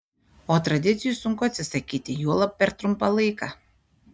o tradicijų sunku atsisakyti juolab per trumpą laiką